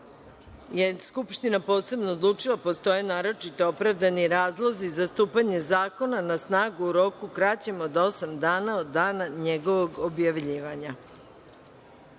skupština posebno odlučila da postoje naročito opravdani razlozi za stupanje zakona na snagu u roku kraćem od osam dana od dana njegovog objavljivanja. Stavljam